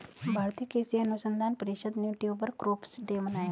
भारतीय कृषि अनुसंधान परिषद ने ट्यूबर क्रॉप्स डे मनाया